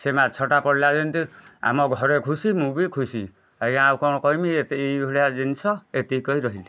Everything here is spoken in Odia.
ସେଇ ମାଛଟା ପଡ଼ିଲା ଯେମିତି ଆମ ଘରେ ଖୁସି ମୁଁ ବି ଖୁସି ଆଜ୍ଞା ଆଉ କ'ଣ କହିମି ଏତି ଏଇ ଭଳିଆ ଜିନିଷ ଏତିକି କହି ରହିଲି